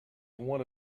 one